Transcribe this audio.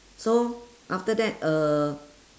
so after that uh